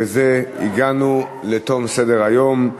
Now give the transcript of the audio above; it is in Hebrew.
בזה הגענו לתום סדר-היום.